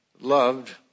loved